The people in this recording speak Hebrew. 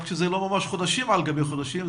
רק שזה לא ממש חודשים על גבי חודשים,